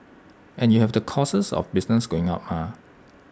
and you have the costs of business going up mah